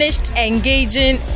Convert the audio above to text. engaging